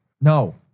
No